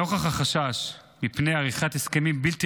נוכח החשש מפני עריכת הסכמים בלתי